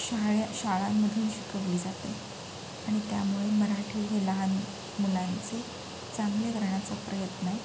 शाळा शाळांमधून शिकवली जाते आणि त्यामुळे मराठी हे लहान मुलांचे चांगले राहण्याचा प्रयत्न